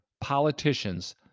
politicians